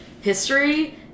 history